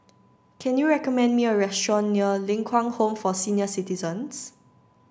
can you recommend me a restaurant near Ling Kwang Home for Senior Citizens